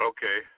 Okay